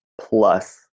plus